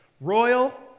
Royal